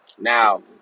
Now